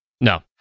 No